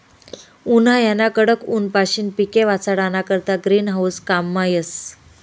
उन्हायाना कडक ऊनपाशीन पिके वाचाडाना करता ग्रीन हाऊस काममा येस